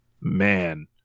man